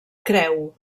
creu